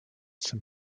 some